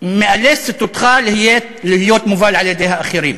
שמאלצת אותך להיות מובל על-ידי האחרים,